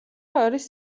არის